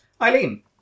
Eileen